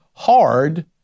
hard